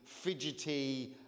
fidgety